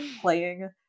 playing